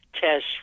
test